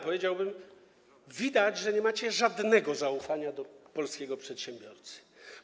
Powiedziałbym nawet, że widać, iż nie macie żadnego zaufania do polskiego przedsiębiorcy.